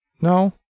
No